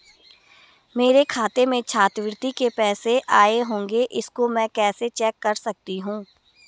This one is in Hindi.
मेरे खाते में छात्रवृत्ति के पैसे आए होंगे इसको मैं कैसे चेक कर सकती हूँ?